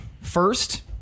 first